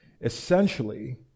essentially